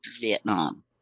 Vietnam